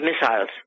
missiles